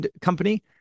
company